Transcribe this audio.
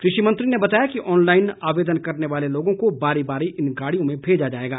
कृषि मंत्री ने बताया कि ऑनलाईन आवेदन करने वाले लोगों को बारी बारी इन गाड़ियों में भेजा जाएगा